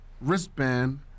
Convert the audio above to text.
wristband